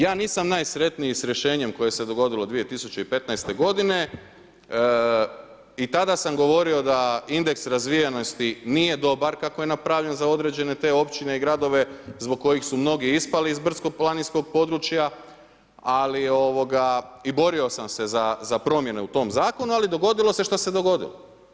Ja nisam najsretniji sa rješenjem koje se dogodilo 2015. godine i tada sam govorio da indeks razvijenosti nije dobar kako je napravljeno za određene te općine i gradove zbog kojih su mnogi ispali iz brdsko planinskog područja ali i borio sam se za promjene u tom zakonu ali dogodilo se šta se dogodilo.